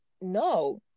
no